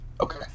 okay